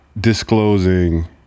disclosing